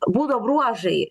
būdo bruožai